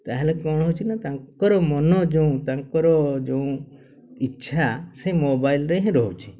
ତାହେଲେ କ'ଣ ହେଉଛି ନା ତାଙ୍କର ମନ ଯୋଉ ତାଙ୍କର ଯୋଉ ଇଚ୍ଛା ସେ ମୋବାଇଲ୍ରେ ହିଁ ରହୁଛି